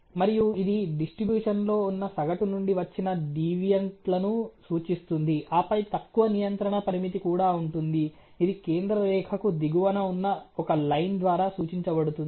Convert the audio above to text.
మరియు ఇది డిస్ట్రిబ్యూషన్ లో ఉన్న సగటు నుండి వచ్చిన డీవియెంట్ లను సూచిస్తుంది ఆపై తక్కువ నియంత్రణ పరిమితి కూడా ఉంటుంది ఇది కేంద్ర రేఖకు దిగువన ఉన్న ఒక లైన్ ద్వారా సూచించబడుతుంది